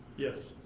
yes.